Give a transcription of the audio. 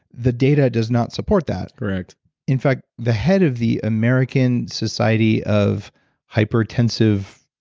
the data does not support that correct in fact, the head of the american society of hypertensive,